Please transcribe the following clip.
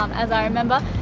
um as i remember.